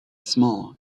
small